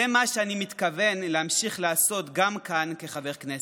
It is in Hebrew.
זה מה שאני מתכוון להמשיך לעשות גם כאן כחבר כנסת.